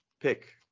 pick